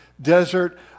desert